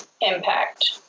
impact